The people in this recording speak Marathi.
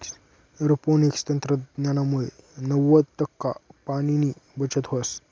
एरोपोनिक्स तंत्रज्ञानमुये नव्वद टक्का पाणीनी बचत व्हस